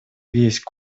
весь